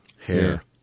hair